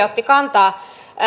otti kantaa